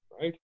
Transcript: right